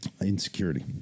insecurity